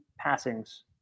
Passings